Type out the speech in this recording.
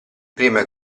prima